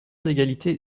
d’égalité